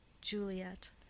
juliet